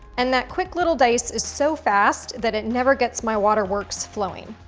and that quick little dice is so fast that it never gets my waterworks flowing.